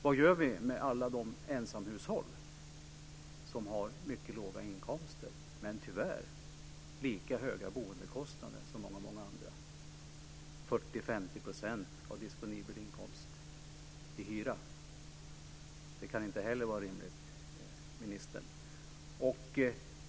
Vad gör vi med alla de ensamhushåll som har mycket låga inkomster men tyvärr lika höga boendekostnader som många andra? 40-50 % av disponibel inkomst går till hyra. Det kan inte heller vara rimligt, ministern.